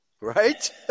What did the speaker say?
Right